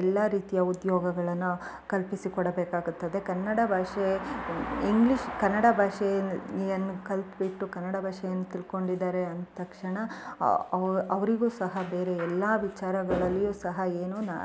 ಎಲ್ಲ ರೀತಿಯ ಉದ್ಯೋಗಗಳನ್ನು ಕಲ್ಪಿಸಿ ಕೊಡಬೇಕಾಗುತ್ತದೆ ಕನ್ನಡ ಭಾಷೆ ಇಂಗ್ಲೀಷ್ ಕನ್ನಡ ಭಾಷೆಯನ್ ಕಲಿತ್ಬಿಟ್ಟು ಕನ್ನಡ ಭಾಷೆಯನ್ ತಿಳ್ಕೊಂಡಿದ್ದಾರೆ ಅಂತಕ್ಷಣ ಅವರಿಗೂ ಸಹ ಬೇರೆ ಎಲ್ಲ ವಿಚಾರಗಳಲ್ಲಿಯು ಸಹ ಏನು ನಾ